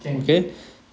can